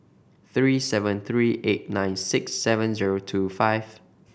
three seven three eight nine six seven zero two five